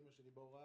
אימא שלי בהוראה,